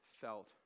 felt